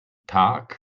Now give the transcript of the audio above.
tag